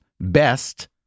best